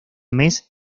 mes